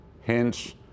Hence